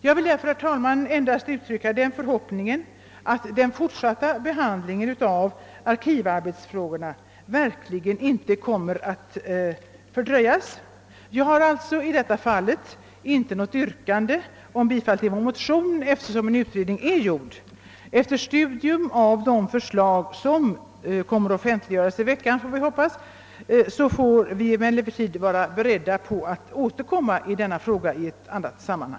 Jag vill därför, herr talman, uttrycka den förhoppningen att den fortsatta behandlingen. av arkivarbetarnas anställningsoch löneförhållanden inte kommer att fördröjas. Jag har alltså i detta fall inte något yrkande om bifall till vår motion, ef tersom en utredning redan är gjord. Efter studium av de förslag som enligt vad vi hoppas kommer att offentliggöras i veckan får vi emellertid vara beredda på att återkomma till denna fråga.